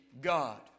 God